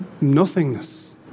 nothingness